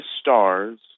stars